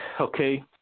okay